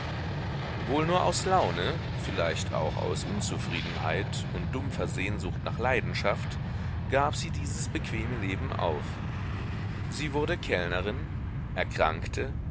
wohl nur aus laune vielleicht auch aus unzufriedenheit und dumpfer sehnsucht nach leidenschaft gab sie dieses bequeme leben auf sie wurde kellnerin erkrankte